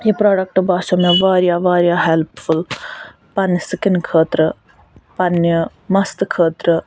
یہِ پرٛوڈَکٹہٕ باسٮ۪و مےٚ واریاہ واریاہ ہیٚلپ فُل پَنٕنہِ سِکن خٲطرٕ پَنٕنہِ مَستہٕ خٲطرٕ